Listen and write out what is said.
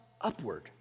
upward